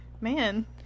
man